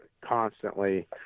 constantly